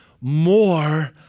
more